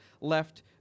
left